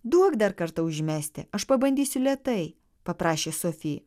duok dar kartą užmesti aš pabandysiu lėtai paprašė sofi